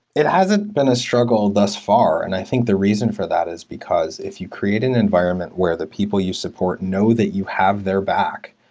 it hasn't been a struggle thus far, and i think the reason for that is because if you create an environment where the people you support know that you have their back,